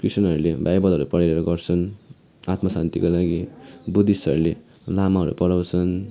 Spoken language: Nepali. क्रिस्टियनहरूले बाइबलहरू पढेर गर्छन आत्मा शान्तिको लागि बुद्धिस्टहरूले लामाहरू पढाँउछन्